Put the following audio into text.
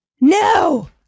No